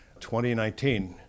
2019